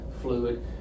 fluid